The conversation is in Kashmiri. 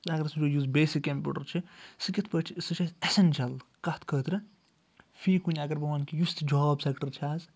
اگر أسی وٕچھو یُس بیسِک کمپیوٗٹر چھُ سُہ کِتھ پٲٹھۍ چھُ سُہ چھُ اَسہِ ایٚسٮ۪نشَل کَتھ خٲطرٕ فی کُنہِ اگر بہٕ وَنہٕ کہِ یُس تہِ جاب سیٚکٹر چھُ آز